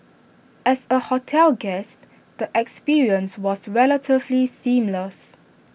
as A hotel guest the experience was relatively seamless